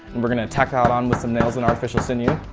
and we're going to tack that on with some nails and artificial sinew.